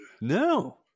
No